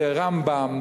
ב"רמב"ם",